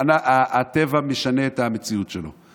הטבע משנה את המציאות שלו?